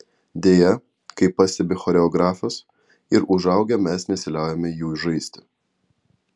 deja kaip pastebi choreografas ir užaugę mes nesiliaujame jų žaisti